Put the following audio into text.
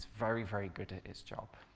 very very good at its job.